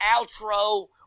outro